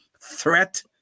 threat